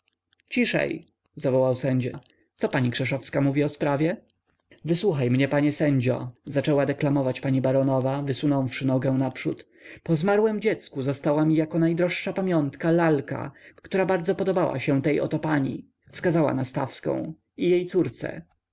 ciszej zawołał sędzia co pani krzeszowska mówi o sprawie wysłuchaj mnie panie sędzio zaczęła deklamować pani baronowa wysunąwszy nogę naprzód po zmarłem dziecku została mi jako najdroższa pamiątka lalka która bardzo podobała się tej oto pani wskazała na stawską i jej córce